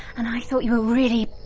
and i thought you were really,